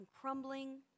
crumbling